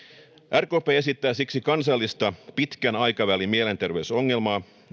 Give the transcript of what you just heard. rkp esittää siksi kansallista pitkän aikavälin mielenterveysohjelmaa